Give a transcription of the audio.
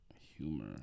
Humor